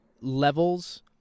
levels